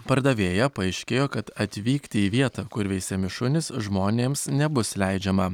pardavėja paaiškėjo kad atvykti į vietą kur veisiami šunys žmonėms nebus leidžiama